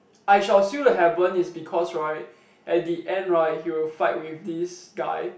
I-shall-seal-the-heaven is because right at the end right he will fight with this guy